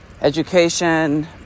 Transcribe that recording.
Education